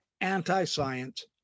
anti-science